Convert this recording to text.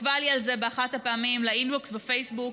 כתבה לי על זה באחת הפעמים ל-inbox בפייסבוק,